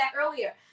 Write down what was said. earlier